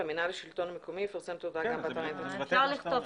והמינהל לשלטון מקומי יפרסם את ההודעה גם באתר האינטרנט של המשרד".